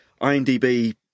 IMDb